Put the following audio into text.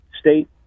state